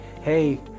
Hey